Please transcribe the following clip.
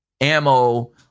ammo